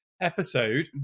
episode